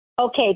Okay